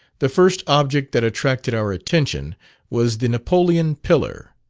the first object that attracted our attention was the napoleon pillar,